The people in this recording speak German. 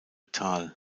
tal